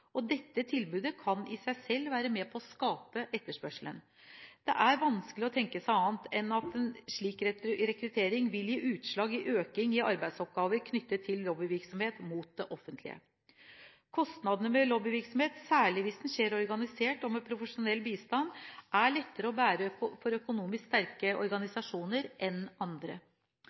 og dette tilbudet kan i seg selv være med på å skape etterspørselen. Det er vanskelig å tenke seg annet enn at slik rekruttering vil gi seg utslag i en økning i arbeidsoppgaver knyttet til lobbyvirksomhet mot det offentlige. Kostnadene ved lobbyvirksomhet, særlig hvis den skjer organisert og med profesjonell bistand, er lettere å bære for økonomisk sterke organisasjoner enn for andre.